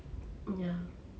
ya